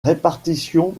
répartition